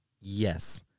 Yes